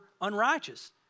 unrighteous